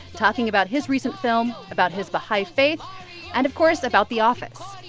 talking about his recent film about his baha'i faith and, of course, about the office.